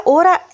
ora